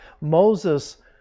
Moses